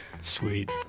Sweet